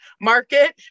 market